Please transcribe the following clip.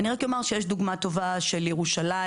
אני רק אומר שיש דוגמה טובה של ירושלים,